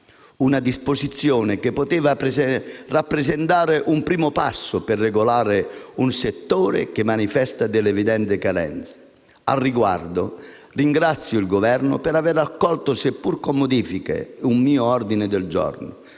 una disposizione che poteva rappresentare un primo passo per regolare un settore che manifesta delle evidenti carenze. Al riguardo, ringrazio il Governo per aver accolto, seppur con modifiche, un mio ordine del giorno,